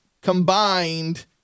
combined